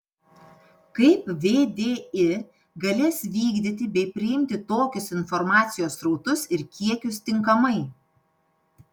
kaip vdi galės vykdyti bei priimti tokius informacijos srautus ir kiekius tinkamai